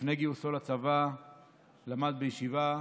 לפני גיוסו לצבא למד בישיבה,